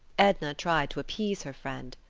edna tried to appease her friend,